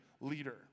leader